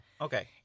okay